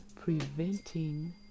preventing